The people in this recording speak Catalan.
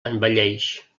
envelleix